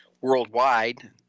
worldwide